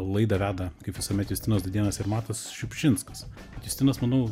laidą veda kaip visuomet justinas dūdėnas ir matas šiupšinskas justinas manau